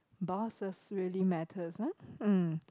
buses really matters ah mm